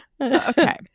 Okay